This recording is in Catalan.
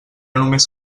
només